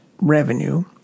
revenue